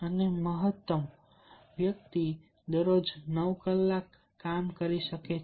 અને મહત્તમ વ્યક્તિ દરરોજ 9 કલાક કામ કરી શકે છે